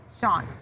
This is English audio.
Sean